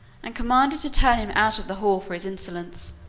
and commanded to turn him out of the hall for his insolence.